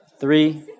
three